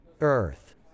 Earth